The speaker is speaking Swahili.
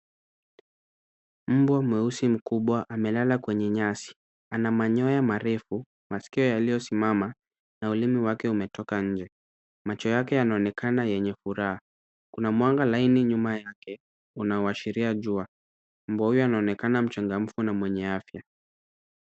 Mbwa mweusi mkubwa amelala kwenye nyasi ana manyoya marefu, maskio yaliyosimama na ulimi wake umetoka nje. Macho yake yanaonekana yenye furaha. Kuna mwanga laini nyuma yake, unaoashiria jua. Mbwa huyo anaonekana mchangamfu na mwenye afya.